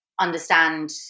understand